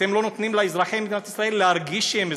אתם לא נותנים לאזרחי מדינת ישראל להרגיש שהם אזרחים.